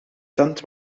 tent